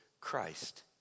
Christ